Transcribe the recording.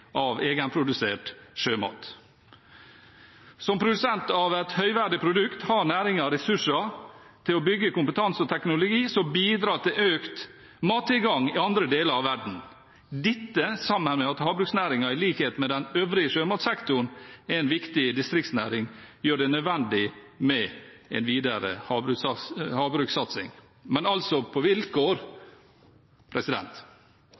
av egenprodusert sjømat. Som produsent av et høyverdig produkt har næringen ressurser til å bygge kompetanse og teknologi som bidrar til økt mattilgang i andre deler av verden. Dette, sammen med at havbruksnæringen i likhet med den øvrige sjømatsektoren er en viktig distriktsnæring, gjør det nødvendig med en videre havbrukssatsing – men altså på vilkår.